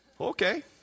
Okay